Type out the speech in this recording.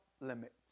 limits